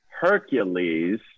Hercules